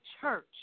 church